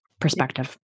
perspective